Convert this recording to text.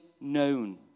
known